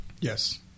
Yes